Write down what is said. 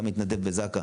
גם מתנדב בזק"א,